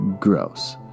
Gross